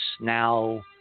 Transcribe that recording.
now